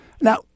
Now